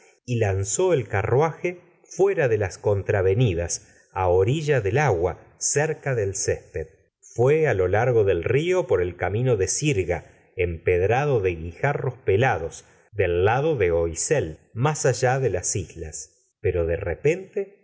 y lanzó el carruaje fuera de las contravenidas á orilla del agua cerca del césped fué á lo largo del río por el camino de sirga empedrado de guijaros pelados del lado de oisel más allá de las islas pero de repente